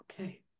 okay